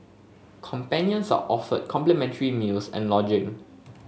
companions are offered complimentary meals and lodging